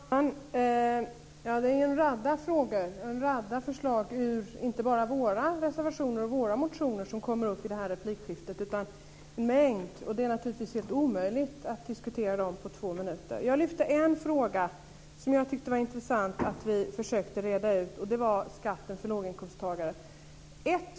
Fru talman! Det är en radda frågor och en radda förslag ur inte bara våra reservationer och våra motioner som kommer upp i det här replikskiftet utan en mängd annat. Det är naturligtvis helt omöjligt att diskutera dem på två minuter. Jag lyfte upp en fråga som jag tyckte att det var intressant att vi försökte reda ut, och det var skatten för låginkomsttagare.